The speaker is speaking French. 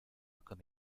comme